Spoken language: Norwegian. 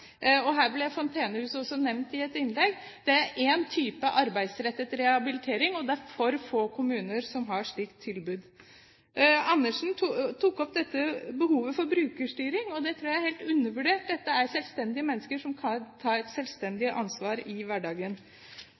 ble også nevnt i et innlegg. Det er en type arbeidsrettet rehabilitering, og det er for få kommuner som har et slikt tilbud. Karin Andersen tok opp behovet for brukerstyring, og det tror jeg er helt undervurdert. Dette er selvstendige mennesker som tar selvstendig ansvar i hverdagen.